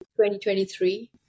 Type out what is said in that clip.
2023